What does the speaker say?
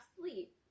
sleep